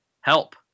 help